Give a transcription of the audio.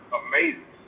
amazing